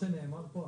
כמו שנאמר פה,